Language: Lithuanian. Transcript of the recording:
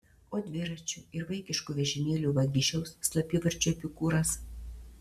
o dviračių ir vaikiškų vežimėlių vagišiaus slapyvardžiu epikūras